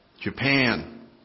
Japan